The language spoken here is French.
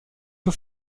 peu